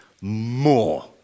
more